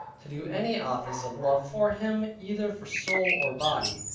to do any office of love for him, either for soul or body.